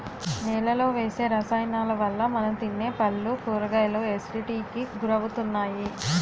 నేలలో వేసే రసాయనాలవల్ల మనం తినే పళ్ళు, కూరగాయలు ఎసిడిటీకి గురవుతున్నాయి